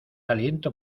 aliento